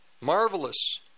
Marvelous